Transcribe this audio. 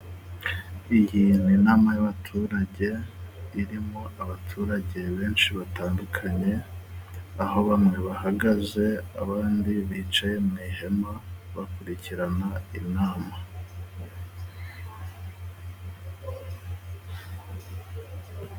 Iyi ni inama y'abaturage irimo abaturage benshi batandukanye. Aho bamwe bahagaze abandi bicaye mu ihema bakurikirana inama.